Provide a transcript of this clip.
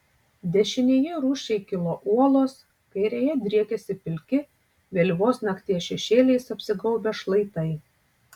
dešinėje rūsčiai kilo uolos kairėje driekėsi pilki vėlyvos nakties šešėliais apsigaubę šlaitai